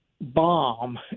bomb